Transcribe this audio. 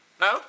No